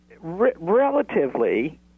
relatively